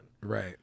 Right